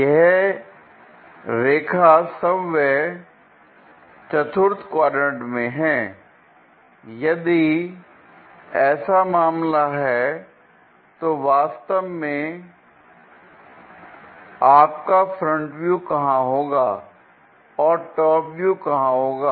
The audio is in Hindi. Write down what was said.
यह रेखा स्वयं भी चतुर्थ क्वाड्रेंट में है यदि ऐसा मामला है तो वास्तव में आपका फ्रंट व्यू कहां होगा और टॉप व्यू कहां होगा